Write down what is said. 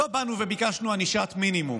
לא באנו וביקשנו ענישת מינימום.